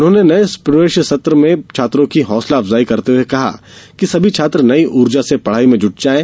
उन्होंने नए प्रवेश सत्र में छात्रों की हौसला अफजाई करते हुए कहा कि सभी छात्र नई ऊर्जा से पढ़ाई में जुट जाएं